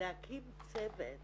להקים צוות